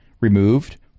removed